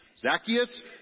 Zacchaeus